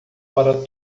para